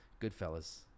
Goodfellas